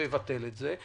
ואבטל את זה.